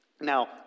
Now